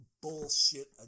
bullshit